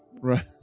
Right